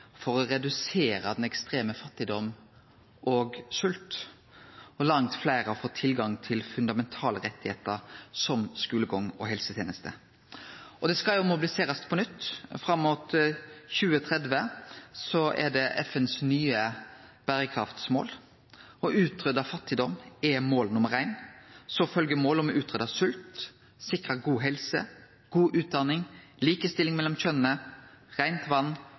for å redusere ekstrem fattigdom og svolt. Langt fleire har fått tilgang til fundamentale rettar som skulegang og helseteneste. Fram mot 2030 skal det mobiliserast for nye berekraftsmål. Å utrydde fattigdom er mål nr. 1, så følgjer mål om å utrydde svolt, sikre god helse, god utdanning, likestilling mellom kjønna, reint